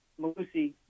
Malusi